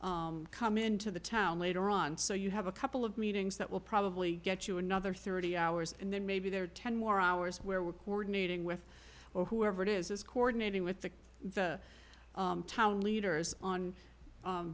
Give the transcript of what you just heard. to come into the town later on so you have a couple of meetings that will probably get you another thirty hours and then maybe there are ten more hours where we're coordinating with or whoever it is coordinating with the town leaders on